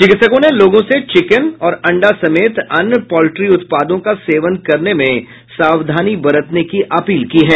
चिकित्सकों ने लोगों से चिकेन और अंडा समेत अन्य पॉल्ट्री उत्पादों का सेवन करने में सावधानी बरतने की अपील की है